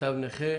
תו נכה.